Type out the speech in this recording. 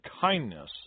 kindness